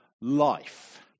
life